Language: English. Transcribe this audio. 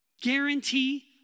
guarantee